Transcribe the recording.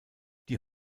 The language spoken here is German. die